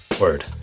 Word